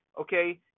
okay